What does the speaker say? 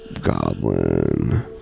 Goblin